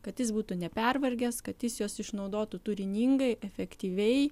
kad jis būtų nepervargęs kad jis juos išnaudotų turiningai efektyviai